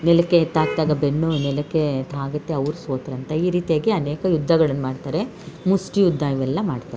ನೆಲಕ್ಕೆ ತಾಕಿದಾಗ ಬೆನ್ನು ನೆಲಕ್ಕೆ ತಾಗುತ್ತೆ ಅವ್ರು ಸೋತರಂತ ಈ ರೀತಿಯಾಗಿ ಅನೇಕ ಯುದ್ಧಗಳನ್ನು ಮಾಡ್ತಾರೆ ಮುಷ್ಠಿ ಯುದ್ಧ ಇವೆಲ್ಲ ಮಾಡ್ತಾರೆ